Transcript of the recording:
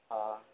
હા